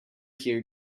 hear